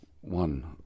one